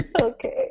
Okay